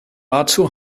dazu